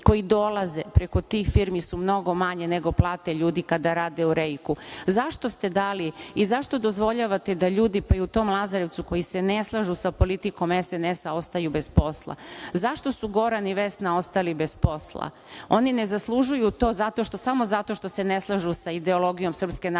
koji dolaze preko tih firmi su mnogo manje nego plate ljudi kada rade u REIK-u. Zašto ste dali i zašto dozvoljavate da ljudi, pa i tom Lazarevcu, koji se ne slažu sa politikom SNS-a, ostaju bez posla? Zašto su Goran i Vesna ostali bez posla? Oni ne zaslužuju to samo zato što se ne slažu sa ideologijom SNS. Ja ne